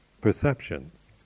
perceptions